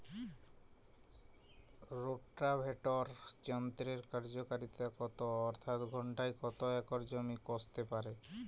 Rotavator যন্ত্রের কার্যকারিতা কত অর্থাৎ ঘণ্টায় কত একর জমি কষতে পারে?